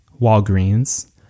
Walgreens